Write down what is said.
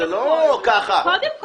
קודם כל,